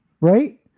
right